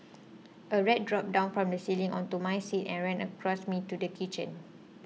a rat dropped down from the ceiling onto my seat and ran across me to the kitchen